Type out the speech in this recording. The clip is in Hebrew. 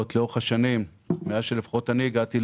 לאורך השנים מאז שלפחות אני הגעתי,